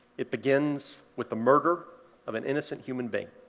it begins with the murder of an innocent human being,